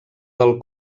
del